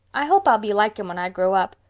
i hope i'll be like him when i grow up.